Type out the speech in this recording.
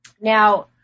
Now